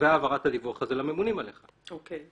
והעברת הדיווח לממונים עליך אוקיי.